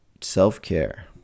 self-care